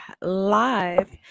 live